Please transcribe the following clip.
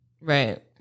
Right